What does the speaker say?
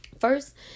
first